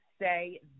say